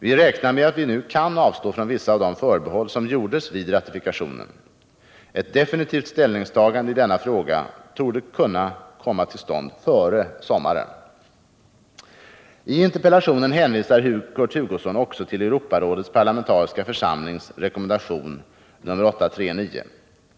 Vi räknar med att vi nu kan avstå från vissa av de förbehåll som gjordes vid ratifikationen. Ett definitivt ställningstagande i denna fråga torde kunna komma till stånd före sommaren. I interpellationen hänvisar Kurt Hugosson också till Europarådets parlamentariska församlings rekommendation nr 839.